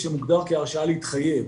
מוגדר כהרשאה להתחייב.